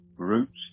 Roots